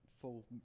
full